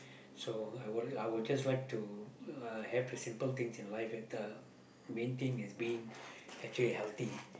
so I will I will just like to uh have the simple things in life and the main thing is being actually healthy